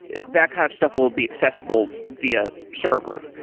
that kind of stuff will be accessible via server,